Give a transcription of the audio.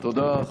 תודה.